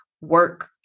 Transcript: work